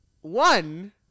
one